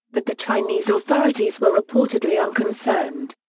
but the chinese authorities were reportedly unconcerned.